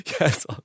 Yes